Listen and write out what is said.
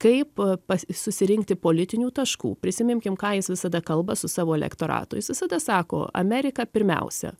kaip pas susirinkti politinių taškų prisiminkim ką jis visada kalba su savo elektoratu jis visada sako amerika pirmiausia